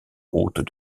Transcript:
routes